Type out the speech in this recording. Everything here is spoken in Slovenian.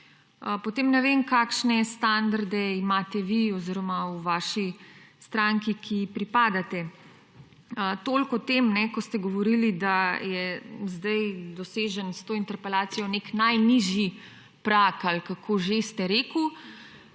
potem ne vem, kakšne standarde imate vi oziroma v vaši stranki, ki ji pripadate. Toliko o tem, ko ste govorili, da je zdaj s to interpelacijo dosežen nek najnižji prag ali kako že ste rekli.